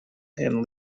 and